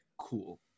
cool